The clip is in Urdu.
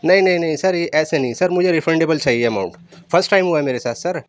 نہیں نہیں نہیں سر ایسے نہیں سر مجھے ریفنڈیبل چاہیے اماؤنٹ فرسٹ ٹائم ہوا ہے میرے ساتھ سر